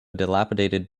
dilapidated